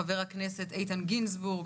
חבר הכנסת איתן גינזבורג,